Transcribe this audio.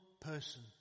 person